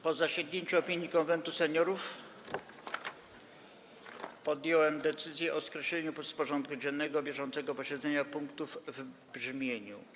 Po zasięgnięciu opinii Konwentu Seniorów podjąłem decyzję o skreśleniu z porządku dziennego bieżącego posiedzenia punktów w brzmieniu: